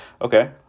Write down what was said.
Okay